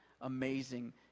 amazing